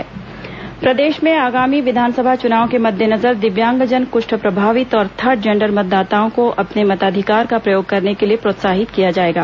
विस चुनाव मतदाता जागरूकता प्रदेश में आगामी विधानसभा चुनाव के मद्देनजर दिव्यांगजन कृष्ठ प्रभावित और थर्ड जेंडर मतदाताओं को अपने मताधिकार का प्रयोग करने के लिए प्रोत्साहित किया जाएगा